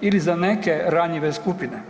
ili za neke ranjive skupine.